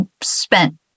spent